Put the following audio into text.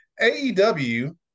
AEW